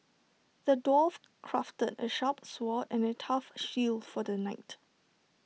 the dwarf crafted A sharp sword and A tough shield for the knight